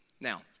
Now